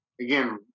again